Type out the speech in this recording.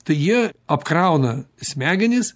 tai jie apkrauna smegenis